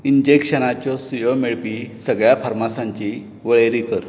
इंजॅक्शनाच्यो सुयो मेळपी सगळ्या फार्मासांची वळेरी कर